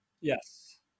Yes